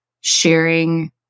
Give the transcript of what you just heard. sharing